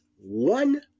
one